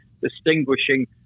distinguishing